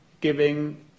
giving